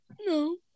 No